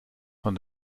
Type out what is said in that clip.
von